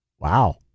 Wow